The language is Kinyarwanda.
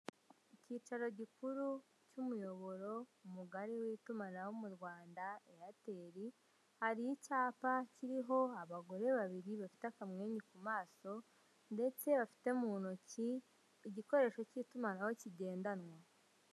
Ikicaro gikuru cy'umuyoboro mugari w'itunamaho mu Rwanda Eyateri, hari icyapa kiriho abagore babiri bafite akamwenyu ku maso, ndese bafite mu ntoki igikoresho k'itumanaho kigendanwa.